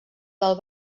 del